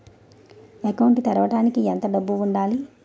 Account తెరవడానికి ఎంత డబ్బు ఉండాలి?